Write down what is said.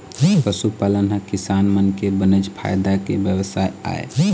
पशुपालन ह किसान मन के बनेच फायदा के बेवसाय आय